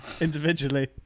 individually